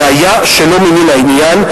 זה היה שלא ממין העניין.